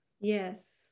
Yes